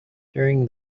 during